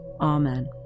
Amen